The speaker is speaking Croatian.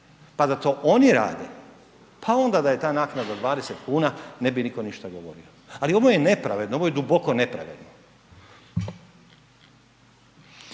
Pa da to oni rade pa onda da je ta naknada 20 kuna ne bi nitko ništa govorio. Ali ovo je nepravedno, ovo je duboko nepravedno.